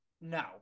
No